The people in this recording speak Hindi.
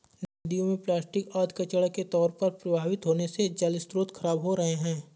नदियों में प्लास्टिक आदि कचड़ा के तौर पर प्रवाहित होने से जलस्रोत खराब हो रहे हैं